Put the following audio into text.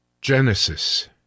Genesis